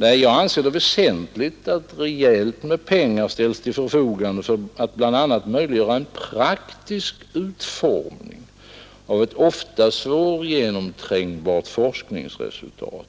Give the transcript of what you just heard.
Nej, jag anser det väsentligt att rejält med pengar ställs till förfogande för att bl.a. möjliggöra en praktisk utformning av ett ofta svårgenomträngbart forskningsresultat